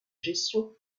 gestion